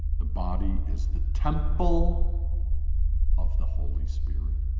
the body is the temple of the holy spirit.